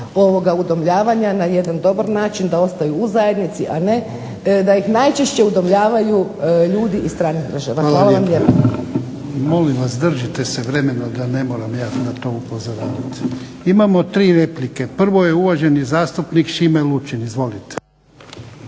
udomljavanja na jedan dobar način, da ostaju u zajednici, a ne da ih najčešće udomljavaju ljudi iz stranih država. Hvala vam lijepa. **Jarnjak, Ivan (HDZ)** Hvala lijepa. Molim vas držite se vremena da ne moram ja na to upozoravati. Imamo tri replike. Prvo je uvaženi zastupnik Šime Lučin. Izvolite.